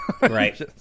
Right